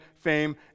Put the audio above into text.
fame